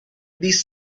these